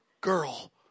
girl